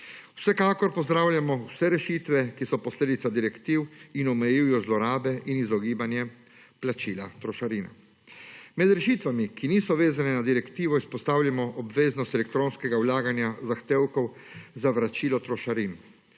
Vsekakor pozdravljamo vse rešitve, ki so posledica direktiv in omejujejo zlorabe in izogibanja trošarin. Med rešitvami, ki niso vezani na direktivo izpostavljamo obveznost elektronskega vlaganja zahtevkov za vračilo trošarin.